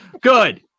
Good